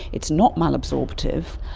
it's not malabsorptive,